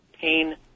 pain